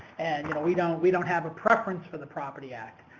and, you know, we don't, we don't have a preference for the property act.